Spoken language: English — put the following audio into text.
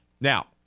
Now